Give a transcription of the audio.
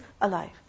alive